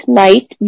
night